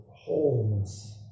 Wholeness